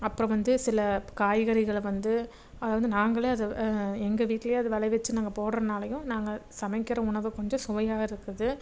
அப்புறம் வந்து சில காய்கறிகளை வந்து அதை வந்து நாங்களே அதை எங்கள் வீட்டிலையே அது விளைய வச்சு நாங்கள் போடுகிறனாலையும் நாங்கள் சமைக்கிற உணவு கொஞ்சம் சுவையாக இருக்குது